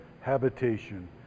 habitation